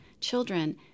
children